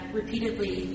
repeatedly